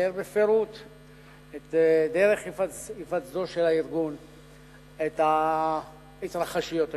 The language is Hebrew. שתיאר בפירוט את דרך היווסדו של הארגון ואת ההתרחשויות השונות.